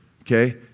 Okay